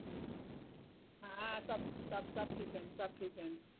हा सभ सभ सभ ठीकु आहिनि सभ ठीकु आहिनि